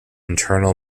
internal